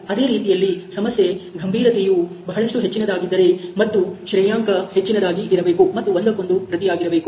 ಅದೇ ರೀತಿಯಲ್ಲಿ ಸಮಸ್ಯೆ ಗಂಭೀರತೆಯೂ ಬಹಳಷ್ಟು ಹೆಚ್ಚಿನದಾಗಿದ್ದರೆ ಮತ್ತು ಶ್ರೇಯಾಂಕ ಹೆಚ್ಚಿನದಾಗಿ ಇರಬೇಕು ಮತ್ತು ಒಂದುಕ್ಕೊಂದು ಪ್ರತಿಯಾಗಿರುವುದು